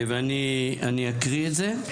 ואני אקריא את זה.